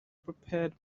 prepared